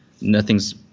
nothing's